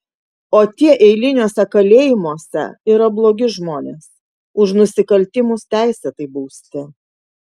o tie eiliniuose kalėjimuose yra blogi žmonės už nusikaltimus teisėtai bausti